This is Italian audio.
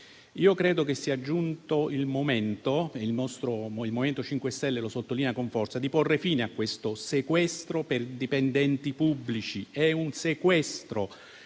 Io credo che sia giunto il momento - e il nostro MoVimento 5 Stelle lo sottolinea con forza - di porre fine a questo sequestro per dipendenti pubblici. È un sequestro